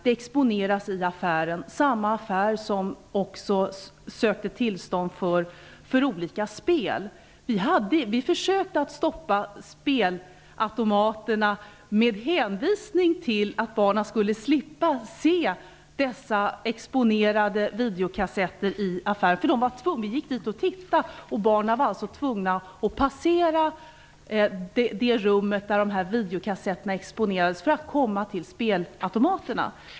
Dessa kassetter exponeras i en affär som också sökte tillstånd för att ha olika spel. Vi försökte stoppa spelautomaterna med hänvisning till att barnen skulle slippa se de exponerade videokassetterna. Vi gick dit och tittade. Barnen skulle vara tvungna att passera det rum där videokassetterna exponerades för att komma till spelautomaterna.